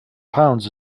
pounds